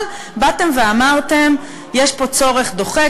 אבל באתם ואמרתם: יש פה צורך דוחק,